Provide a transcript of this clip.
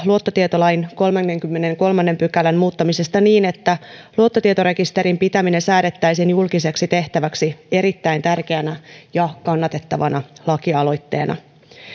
luottotietolain kolmannenkymmenennenkolmannen pykälän muuttamisesta niin että luottotietorekisterin pitäminen säädettäisiin julkiseksi tehtäväksi erittäin tärkeänä ja kannatettavana lakialoitteena